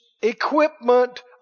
equipment